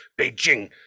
Beijing